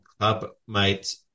Clubmates